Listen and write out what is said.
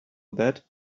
that